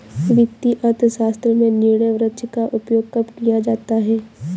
वित्तीय अर्थशास्त्र में निर्णय वृक्ष का उपयोग कब किया जाता है?